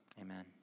Amen